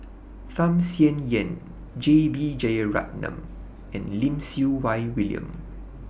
Tham Sien Yen J B Jeyaretnam and Lim Siew Wai William